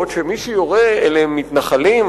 ועוד שמי שיורה אלה הם מתנחלים,